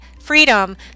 freedom